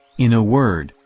in a word,